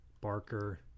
Barker